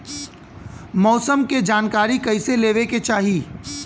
मौसम के जानकारी कईसे लेवे के चाही?